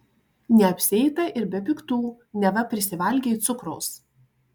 neapsieita ir be piktų neva prisivalgei cukraus